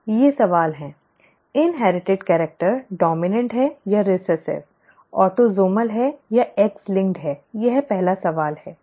ये सवाल हैं इन्हेरिटिड कैरिक्टर डॉम्इनॅन्ट है या रिसेसिव ऑटोसोमल या एक्स लिंक्ड है यह पहला सवाल है